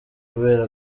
kubera